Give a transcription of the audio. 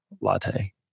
latte